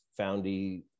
Foundy